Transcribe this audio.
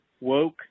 Woke